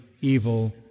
evil